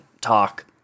talk